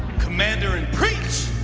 commander in preach!